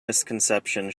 misconception